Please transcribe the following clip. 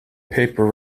paper